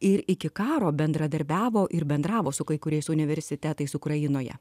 ir iki karo bendradarbiavo ir bendravo su kai kuriais universitetais ukrainoje